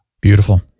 beautiful